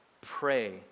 pray